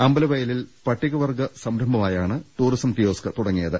അമ്പലവയലിൽ പട്ടികവർഗ സംരംഭമായാണ് tourism kiosk തുടങ്ങിയത്